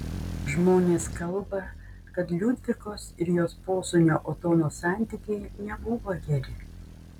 žmonės kalba kad liudvikos ir jos posūnio otono santykiai nebuvo geri